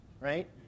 right